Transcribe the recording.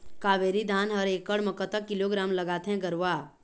कावेरी धान हर एकड़ म कतक किलोग्राम लगाथें गरवा?